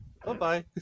Bye-bye